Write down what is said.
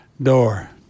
door